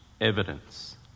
evidence